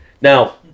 Now